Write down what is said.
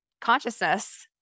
consciousness